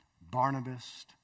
Barnabas